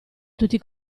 tutti